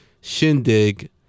shindig